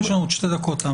נשארו לנו שתי דקות.